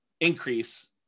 increase